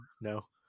No